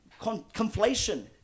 conflation